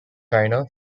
china